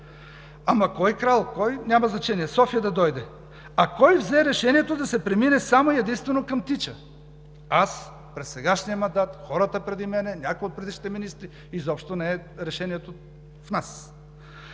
Ама кой крал – няма значение, София да дойде. А кой взе решението да се премине само и единствено към „Тича“? Аз, при сегашния мандат, хората преди мен, някои от предишните министри?! Изобщо не е решението в нас.